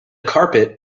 carpet